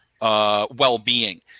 well-being